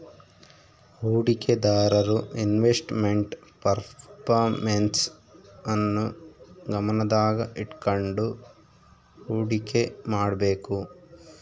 ಹೂಡಿಕೆದಾರರು investment performance ನ್ನು ಗಮನದಾಗ ಇಟ್ಕಂಡು ಹುಡಿಕೆ ಮಾಡ್ಬೇಕು